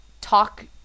talk